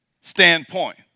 standpoint